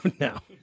now